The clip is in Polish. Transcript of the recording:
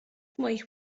moich